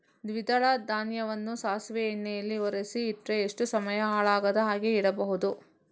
ದ್ವಿದಳ ಧಾನ್ಯವನ್ನ ಸಾಸಿವೆ ಎಣ್ಣೆಯಲ್ಲಿ ಒರಸಿ ಇಟ್ರೆ ಎಷ್ಟು ಸಮಯ ಹಾಳಾಗದ ಹಾಗೆ ಇಡಬಹುದು?